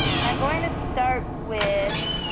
and i'm going to start with